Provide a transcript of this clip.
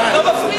אני לא מפריע,